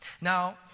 Now